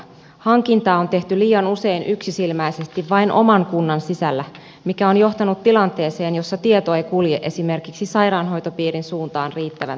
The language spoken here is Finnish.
hankintaa on tehty liian usein yksisilmäisesti vain oman kunnan sisällä mikä on johtanut tilanteeseen jossa tieto ei kulje esimerkiksi sairaanhoitopiirin suuntaan riittävän tehokkaasti